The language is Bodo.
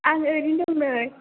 आं ओरैनो दं नै